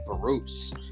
Bruce